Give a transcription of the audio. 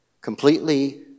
Completely